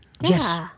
Yes